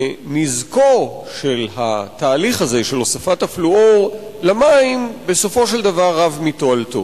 שנזקו של התהליך הזה של הוספת הפלואור למים בסופו של דבר רב מתועלתו.